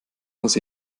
muss